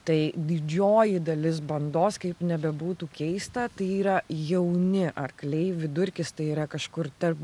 tai didžioji dalis bandos kaip nebebūtų keista tai yra jauni arkliai vidurkis tai yra kažkur tarp